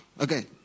okay